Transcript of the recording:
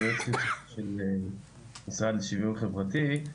אני יועץ של המשרד לשוויון חברתי.